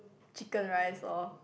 chicken rice lor